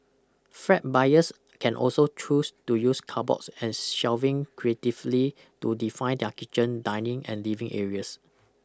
flat buyers can also choose to use cupboards and shelving creatively to define their kitchen dining and living areas